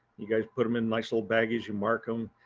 you guys put them in nice little baggies, you mark them.